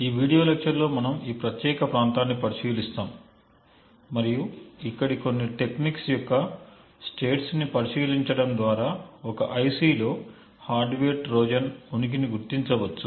ఈ video lecture లో మనం ఈ ప్రత్యేక ప్రాంతాన్ని పరిశీలిస్తాము మరియు ఇక్కడి కొన్ని టెక్నిక్స్ యొక్క స్టేట్స్ని పరిశీలించటం ద్వారా ఒక ఐసిలో హార్డ్వేర్ ట్రోజన్ ఉనికిని గుర్తించవచ్చు